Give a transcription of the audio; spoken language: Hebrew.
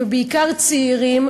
ובעיקר צעירים,